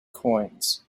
coins